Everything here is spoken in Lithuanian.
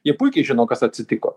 jie puikiai žino kas atsitiko